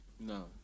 No